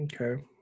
Okay